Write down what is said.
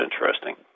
interesting